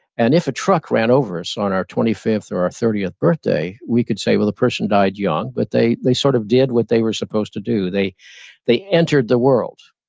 and if a truck ran over us on our twenty fifth or our thirtieth birthday, we could say, well the person died young, but they they sort of did what they were supposed to do, they they entered the world.